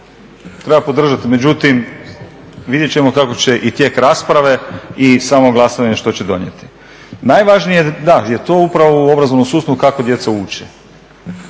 treba podržati, međutim vidjet ćemo kako će i tijek rasprave i samo glasanje što će donijeti. Najvažnije da je upravo to u obrazovnom sustavu kako djeca uče,